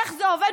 איך זה עובד?